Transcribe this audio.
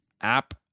app